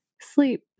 sleep